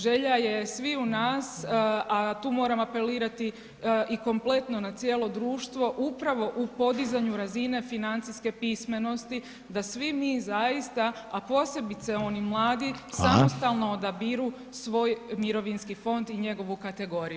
Želja je sviju nas, a tu moram apelirati i kompletno na cijelo društvo upravo u podizanju razine financijske pismenosti da svi zaista, a posebice oni mladi [[Upadica: Hvala.]] samostalno odabiru svoj mirovinski fond i njegovu kategoriju.